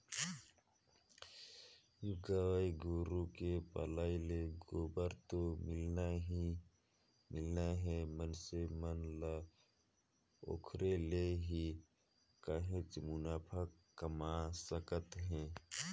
गाय गोरु के पलई ले गोबर तो मिलना ही मिलना हे मइनसे मन ह ओखरे ले ही काहेच मुनाफा कमा सकत हे